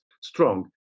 strong